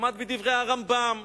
למד בדברי הרמב"ם,